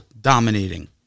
dominating